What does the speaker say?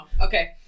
Okay